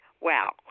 wow